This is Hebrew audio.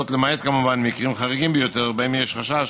למעט כמובן במקרים חריגים ביותר, שבהם יהיה חשש